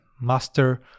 master